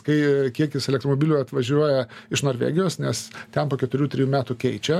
kai kiekis elektromobilių atvažiuoja iš norvegijos nes ten po keturių trijų metų keičia